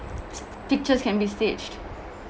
pictures can be staged